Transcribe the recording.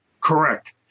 Correct